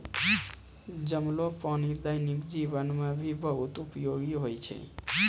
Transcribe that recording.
जमलो पानी दैनिक जीवन मे भी बहुत उपयोगि होय छै